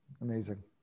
amazing